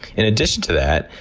in addition to that,